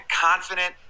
confident